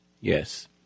Yes